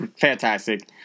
Fantastic